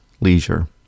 leisure